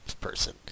person